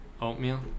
Oatmeal